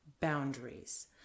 boundaries